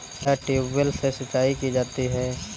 क्या ट्यूबवेल से सिंचाई की जाती है?